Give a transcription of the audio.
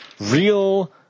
real